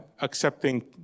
accepting